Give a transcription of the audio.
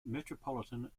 metropolitan